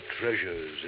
treasures